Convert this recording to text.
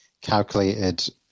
calculated